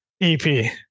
EP